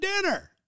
dinner